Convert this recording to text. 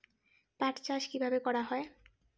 পাট চাষ কীভাবে করা হয়?